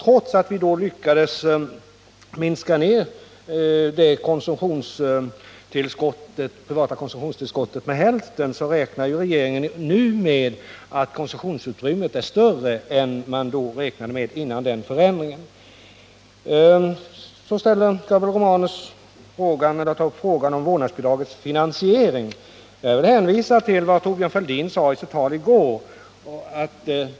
Trots att vi då lyckades minska ner konsumtionstillskottet med hälften, räknar regeringen nu med att konsumtionsutrymmet är större än vad man räknade med innan skatteförslaget förändrats. Så ställde Gabriel Romanus frågan om vårdnadsbidragets finansiering. Jag vill hänvisa till vad Thorbjörn Fälldin sade i sitt tal i går.